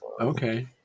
Okay